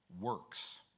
Works